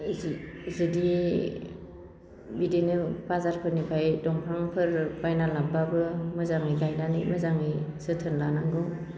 जुदि बिदिनो बाजारफोरनिफ्राय दंफांफोर बायना लाबोब्लाबो मोजाङै गायनानै मोजाङै जोथोन लानांगौ